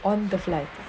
on the flight